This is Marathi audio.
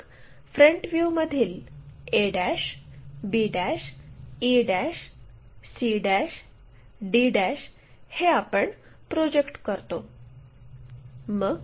मग फ्रंट व्ह्यूमधील a b e c d हे आपण प्रोजेक्ट करतो